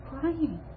crying